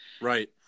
Right